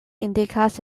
indikas